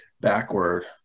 backward